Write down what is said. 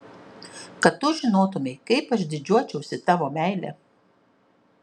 kad tu žinotumei kaip aš didžiuočiausi tavo meile